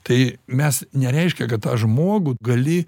tai mes nereiškia kad tą žmogų gali